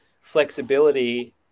flexibility